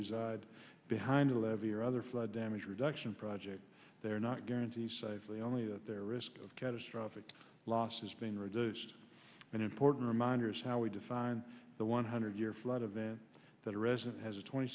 reside behind a levee or other flood damage reduction projects they're not guarantees safely only that their risk of catastrophic loss has been reduced an important reminder of how we define the one hundred year flood event that a resident has a twenty